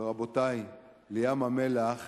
ורבותי, לים-המלח